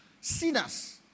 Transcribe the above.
Sinners